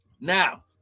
Now